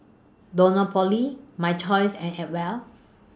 Dunlopillo My Choice and Acwell